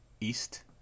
East